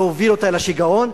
להביא אותה אל השיגעון.